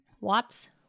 Watts